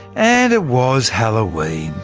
and, it was halloween,